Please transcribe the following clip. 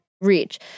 reach